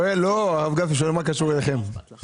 הרב גפני שואל מה קשור אליכם?